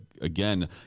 again